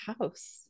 House